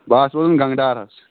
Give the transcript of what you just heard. بہٕ حظ روزان گَنٛگہٕ ڈار حظ